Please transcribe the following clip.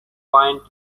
point